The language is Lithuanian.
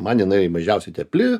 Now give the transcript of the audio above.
man jinai mažiausiai tepli